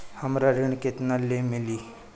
हमरा ऋण केतना ले मिली?